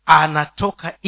anatoka